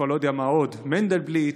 מהפודיום הזה,